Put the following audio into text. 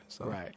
Right